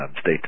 state